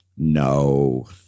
No